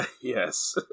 yes